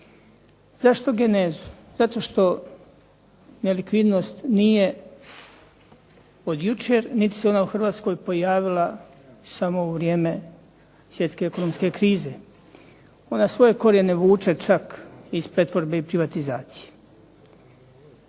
Zašto genezu? Zato što nelikvidnost nije od jučer niti se ona u Hrvatskoj pojavila samo u vrijeme svjetske ekonomske krize. Ona svoje korijene vuče čak iz pretvorbe i privatizacije.